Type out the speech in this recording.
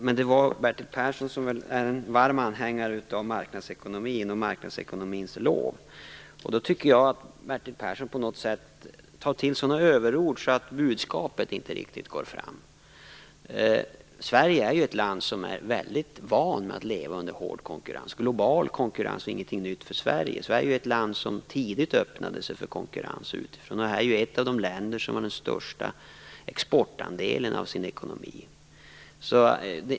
Det var emellertid Bertil Persson, som väl är en varm anhängare av marknadsekonomin och som sjunger dess lov, som stod bakom interpellationen. Jag tycker att Bertil Persson tar till sådana överord att budskapet inte riktigt går fram. Sverige är ett land där man är väldigt van vid att leva under hård konkurrens. Global konkurrens är inget nytt för Sverige. Sverige är ju ett land som tidigt öppnade sig för konkurrens utifrån. Vidare är Sverige ett av de länder där exporten utgör den största andelen av ekonomin.